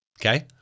Okay